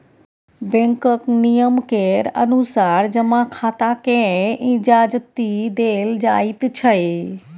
बैंकक नियम केर अनुसार जमा खाताकेँ इजाजति देल जाइत छै